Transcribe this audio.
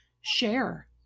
share